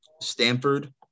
Stanford